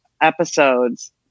episodes